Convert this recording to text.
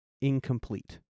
incomplete